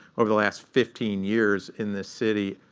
over the last fifteen years in this city,